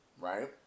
right